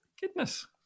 goodness